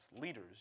leaders